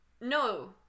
No